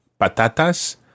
patatas